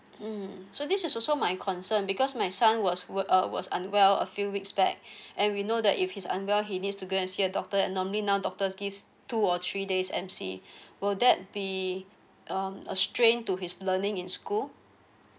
mm so this was also my concern because my son was uh was unwell a few weeks back and we know that if he's unwell he needs to go and see a doctor and normally now doctors give two or three days M_C will that be um a strain to his learning in school